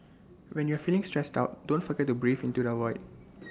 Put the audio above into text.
when you are feeling stressed out don't forget to breathe into the void